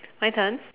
my turn